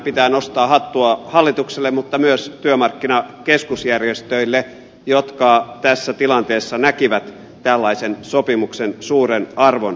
pitää nostaa hattua hallitukselle mutta myös työmarkkinakeskusjärjestöille jotka tässä tilanteessa näkivät tällaisen sopimuksen suuren arvon